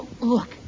Look